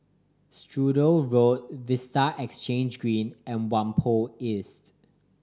Sturdee Road Vista Exhange Green and Whampoa East